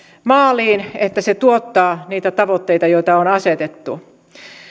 maaliin että se tuottaa niitä tavoitteita joita on asetettu